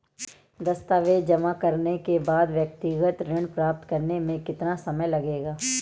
दस्तावेज़ जमा करने के बाद व्यक्तिगत ऋण प्राप्त करने में कितना समय लगेगा?